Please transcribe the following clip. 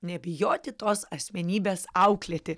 nebijoti tos asmenybės auklėti